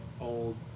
old